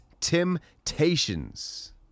temptations